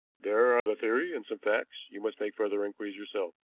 there are the theory and some facts you must make further inquiries yourself.